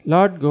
Lord